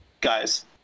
guys